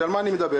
ועל מה אני מדבר?